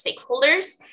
stakeholders